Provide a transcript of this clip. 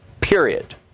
Period